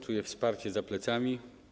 Czuję wsparcie za plecami.